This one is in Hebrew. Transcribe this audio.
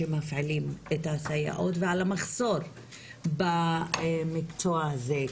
שמפעילים את הסייעות ועל המחסור במקצוע הזה.